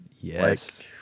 Yes